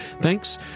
thanks